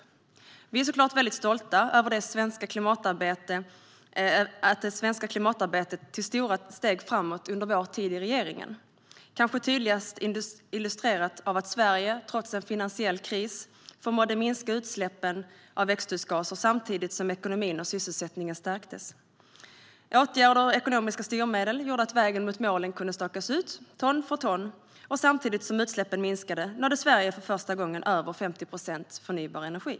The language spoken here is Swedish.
Vi är såklart väldigt stolta över att det svenska klimatarbetet tog stora steg framåt under vår tid i regeringen, kanske tydligast illustrerat av att Sverige trots finansiell kris förmådde minska utsläppen av växthusgaser samtidigt som ekonomin och sysselsättningen stärktes. Åtgärder och ekonomiska styrmedel gjorde att vägen mot målen kunde stakas ut ton för ton, och samtidigt som utsläppen minskade nådde Sverige för första gången över 50 procent förnybar energi.